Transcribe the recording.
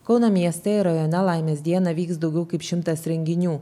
kauno mieste ir rajone laimės dieną vyks daugiau kaip šimtas renginių